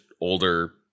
older